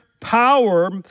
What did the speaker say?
power